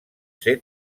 ser